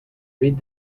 read